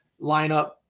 lineup